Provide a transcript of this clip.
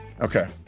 Okay